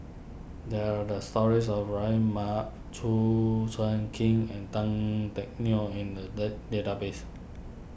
there are does stories about Rahimah Chua Soo Khim and Tan Teck Neo in the day database